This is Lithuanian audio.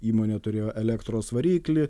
įmonė turėjo elektros variklį